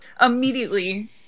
immediately